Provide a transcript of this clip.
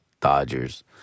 Dodgers